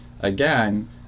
again